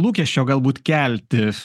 lūkesčio galbūt keltis